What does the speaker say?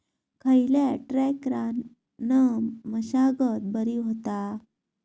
खयल्या ट्रॅक्टरान मशागत बरी होता?